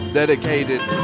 dedicated